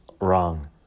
wrong